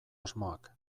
asmoak